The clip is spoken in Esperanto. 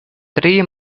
tri